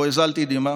רגע שבו הזלתי דמעה,